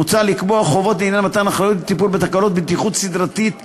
מוצע לקבוע חובות לעניין מתן אחריות לטיפול בתקלת בטיחות סדרתית ברכב,